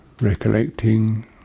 recollecting